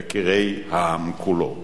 יקירי העם כולו.